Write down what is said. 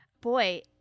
Boy